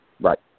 Right